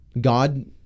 God